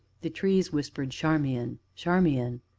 the trees whispered charmian! charmian!